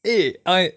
eh I